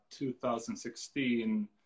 2016